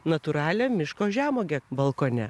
natūralią miško žemuogę balkone